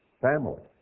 family